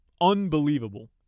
Unbelievable